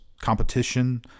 competition